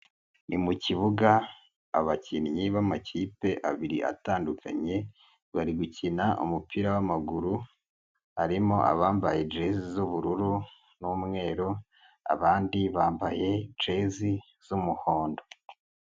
Ni mu kibuga abakinnyi b'amakipe abiri atandukanye, bari gukina umupira w'amaguru, harimo abambaye jezi z'ubururu n'umweru, abandi bambaye jezi z'umuhondo.